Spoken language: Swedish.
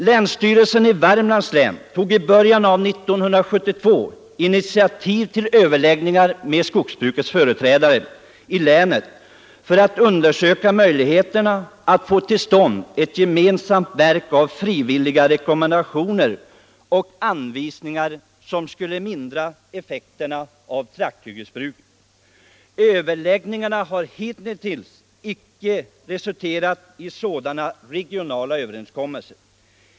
Länsstyrelsen i Värmlands län tog i början av år 1972 initiativ till överläggningar med skogsbrukets företrädare i länet för att undersöka möjligheterna att få till stånd frivilliga rekommendationer och anvisningar, som skulle mildra effekterna av trakthyggesbruket. Överläggningarna har dock hitintills inte resulterat i sådana regionala överenskommelser.